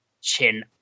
chin